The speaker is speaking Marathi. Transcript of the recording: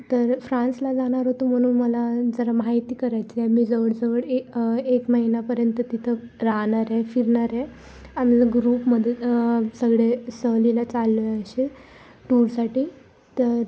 तर फ्रान्सला जाणार होतो म्हणून मला जरा माहिती करायची आहे मी जवळजवळ ए एक महिनापर्यंत तिथं राहणार आहे फिरणार आहे आमचं ग्रुपमध्ये सगळे सहलीला चाललो आहे असे टूरसाठी तर